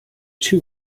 two